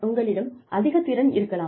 உங்களிடம் அதிக திறன் இருக்கலாம்